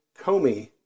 Comey